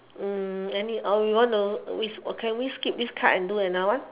mm any or you want to ski~ or can we skip this card and do another one